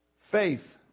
Faith